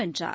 வென்றார்